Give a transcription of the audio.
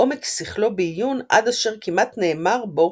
ועומק שכלו בעיון עד אשר כמעט נאמר בו